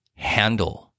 Handle